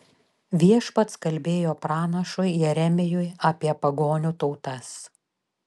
viešpats kalbėjo pranašui jeremijui apie pagonių tautas